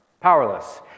Powerless